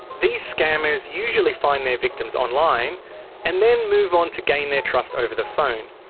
these scammers usually find their victims online and then move on to gain their trust over the phone.